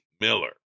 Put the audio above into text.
Miller